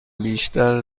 بیشتر